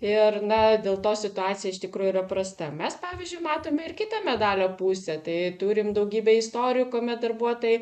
ir na dėl to situacija iš tikrųjų yra prasta mes pavyzdžiui matome ir kitą medalio pusę tai turim daugybę istorijų kuomet darbuotojai